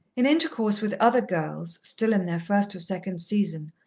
in intercourse with other girls, still in their first or second season,